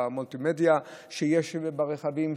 במולטימדיה שיש ברכבים.